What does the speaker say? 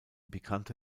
pikante